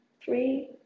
three